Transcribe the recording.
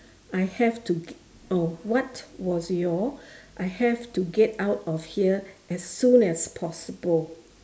I have to g~ oh what was your I have to get out of here as soon as possible